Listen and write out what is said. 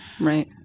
right